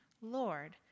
Lord